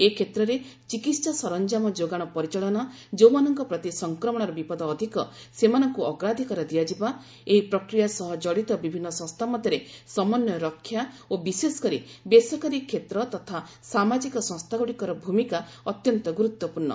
ଏ କ୍ଷେତ୍ରରେ ଚିକିତ୍ସା ସରଞ୍ଜାମ ଯୋଗାଣ ପରିଚାଳନା ଯେଉଁମାନଙ୍କ ପ୍ରତି ସଂକ୍ରମଣର ବିପଦ ଅଧିକ ସେମାନଙ୍କୁ ଅଗ୍ରାଧିକାର ଦିଆଯିବା ଏହି ପ୍ରକ୍ରିୟା ସହ କଡ଼ିତ ବିଭିନ୍ନ ସଂସ୍ଥା ମଧ୍ୟରେ ସମନ୍ୱୟ ରକ୍ଷା ଓ ବିଶେଷ କରି ବେସରକାରୀ କ୍ଷେତ୍ର ତଥା ସାମାଜିକ ସଂସ୍ଥାଗୁଡ଼ିକର ଭୂମିକା ଅତ୍ୟନ୍ତ ଗୁରୁତ୍ୱପୂର୍୍ଣ